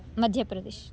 मध्यप्रदेशः